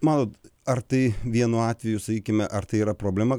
matot ar tai vienu atveju sakykime ar tai yra problema